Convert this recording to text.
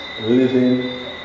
living